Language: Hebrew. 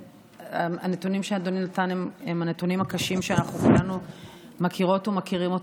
הנתונים שאדוני נתן הם הנתונים הקשים שכולנו מכירות ומכירים,